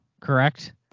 correct